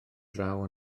draw